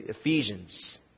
Ephesians